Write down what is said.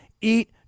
eat